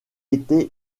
été